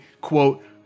quote